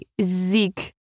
zeke